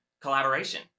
collaboration